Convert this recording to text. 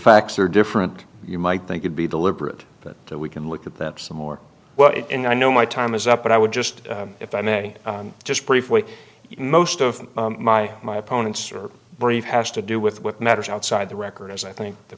facts are different you might think you'd be deliberate but we can look at that some more what it and i know my time is up but i would just if i may just brief way most of my my opponents are brief has to do with what matters outside the record as i think the